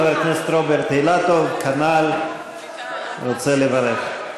חבר הכנסת רוברט אילטוב, כנ"ל, רוצה לברך.